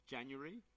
January